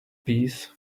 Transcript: peas